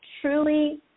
truly